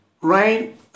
right